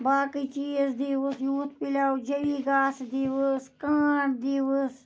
باقٕے چیٖز دیٖوُس یوٗت پِلیو جٔڈی گاسہٕ دیٖوُس کانٛڈ دیٖوُس